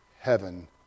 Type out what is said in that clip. heaven